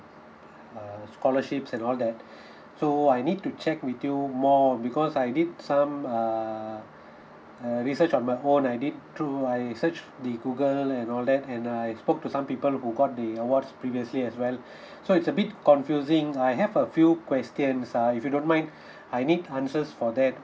uh scholarships and all that so I need to check with you more because I did some uh uh research on my own I did too I searched the google and all that and I spoke to some people who got the awards previously as well so it's a bit confusing I have a few questions uh if you don't mind I need answers for that